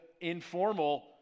informal